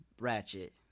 Ratchet